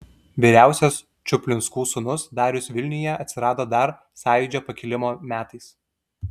vyriausias čuplinskų sūnus darius vilniuje atsirado dar sąjūdžio pakilimo metais